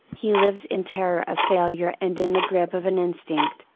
he lives in terror of failure and in the grip of an instinct,